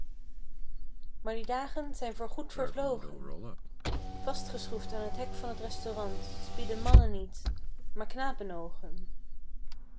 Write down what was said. maar die dagen zijn voor goed vervlogen vastgeschroefd aan t hek van t restaurant spieden mannen niet maar knapenoogen